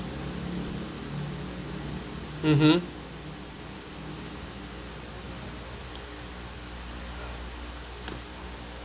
mmhmm